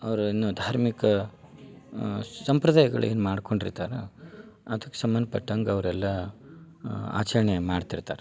ಅವ್ರು ಏನು ಧಾರ್ಮಿಕ ಸಂಪ್ರದಾಯಗಳೇನು ಮಾಡ್ಕೊಂಡಿರ್ತಾರ ಅದಕ್ಕೆ ಸಂಬಧ್ಪಟ್ಟಂಗೆ ಅವರೆಲ್ಲ ಆಚರಣೆ ಮಾಡ್ತಿರ್ತಾರೆ